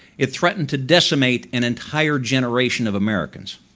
it threatened to decimate an entire generation of americans.